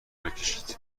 بکشید